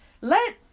let